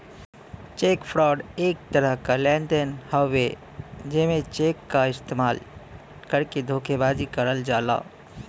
check fraud एक तरह क लेन देन हउवे जेमे चेक क इस्तेमाल करके धोखेबाजी करल जाला